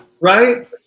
Right